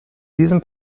diesem